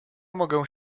mogę